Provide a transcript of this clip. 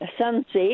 sunset